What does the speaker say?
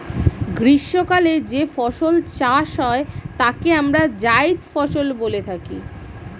গ্রীষ্মকালে যে ফসল চাষ হয় তাকে আমরা জায়িদ ফসল বলে থাকি